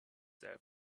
their